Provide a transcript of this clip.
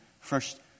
first